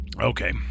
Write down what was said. Okay